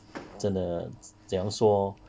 真的怎样说